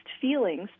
feelings